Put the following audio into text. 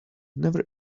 never